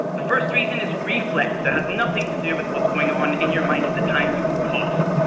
the first reason is reflex. it has nothing to do with what's going on in your mind at the time people cough,